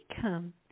come